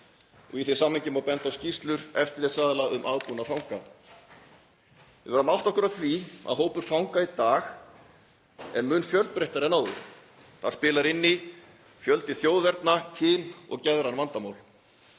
Í því samhengi má benda á skýrslur eftirlitsaðila um aðbúnað fanga. Við verðum að átta okkur á því að hópur fanga í dag er mun fjölbreyttari en áður. Þar spilar inn í fjöldi þjóðerna, kyn og geðræn vandamál.